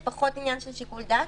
זה פחות עניין של שיקול דעת,